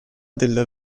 della